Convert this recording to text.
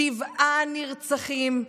שבעה נרצחים,